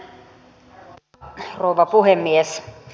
arvoisa rouva puhemies